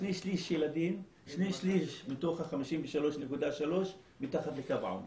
שני שליש ילדים מתוך ה-53.3% מתחת לקו העוני,